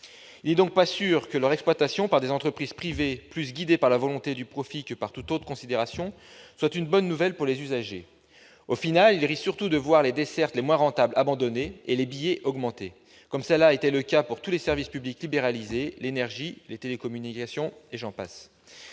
Il n'est donc pas sûr que l'exploitation de ces lignes par des entreprises privées, guidées par la volonté du profit plus que par toute autre considération, soit une bonne nouvelle pour les usagers. Au total, ces derniers risquent surtout de voir les dessertes les moins rentables abandonnées et le prix des billets augmenter. Tel a été le cas pour tous les services publics libéralisés : l'énergie, les télécommunications, et j'en passe.